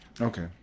Okay